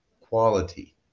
quality